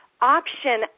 option